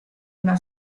una